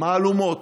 מהלומות,